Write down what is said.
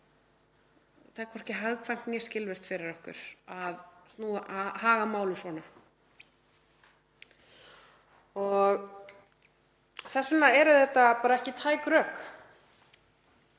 Það er hvorki hagkvæmt né skilvirkt fyrir okkur að haga málum svona og þess vegna eru þetta bara ekki tæk rök.